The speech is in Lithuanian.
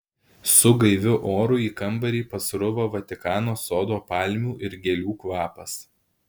su gaiviu oru į kambarį pasruvo vatikano sodo palmių ir gėlių kvapas